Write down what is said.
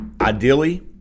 ideally